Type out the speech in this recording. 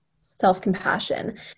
self-compassion